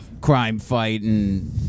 crime-fighting